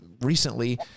recently